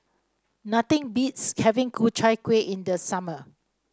nothing beats having Ku Chai Kuih in the summer